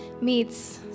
meets